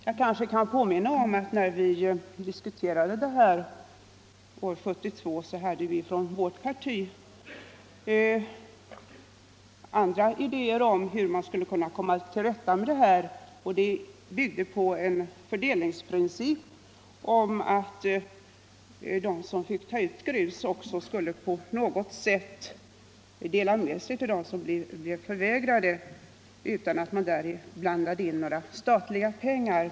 Jag kan kanske påminna om att när vi diskuterade det här år 1972 hade vi från vårt parti andra idéer om hur man skulle kunna komma till rätta med problemet. Vårt resonemang byggde på en fördelningsprincip, som gick ut på att de som fick ta ut grus på något sätt också skulle dela med sig till dem som blev förvägrade, utan att man därvid blandade in några statliga pengar.